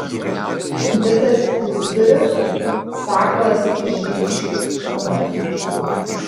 vitas izidorius sakalas iš žydiškių km